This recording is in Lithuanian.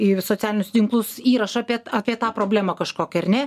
į socialinius tinklus įrašą apie apie tą problemą kažkokią ar ne